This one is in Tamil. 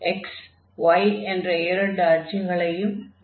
x y என்ற இரண்டு அச்சுகளையும் வரைந்து கொள்ள வேண்டும்